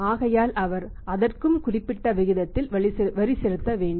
ஆகையால் அவர் அதற்கும் குறிப்பிட்ட விகிதத்தில் வரி செலுத்த வேண்டும்